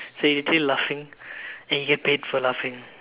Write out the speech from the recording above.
so you still laughing and you get paid for laughing